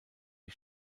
die